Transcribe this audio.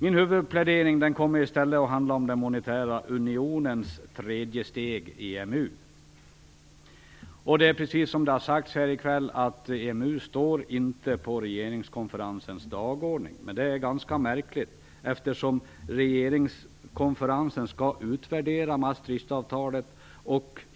Min huvudplädering kommer i stället att handla om den monetära unionens tredje steg, EMU. EMU står inte på regeringskonferensens dagordning. Det är ganska märkligt eftersom regeringskonferensen skall utvärdera Maastrichtavtalet.